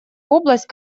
область